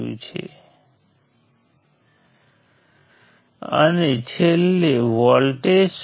તેથી આ N node B branch circuit માટે છે